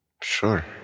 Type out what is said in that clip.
Sure